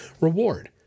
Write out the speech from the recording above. reward